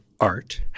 art